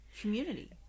community